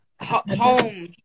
home